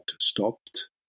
stopped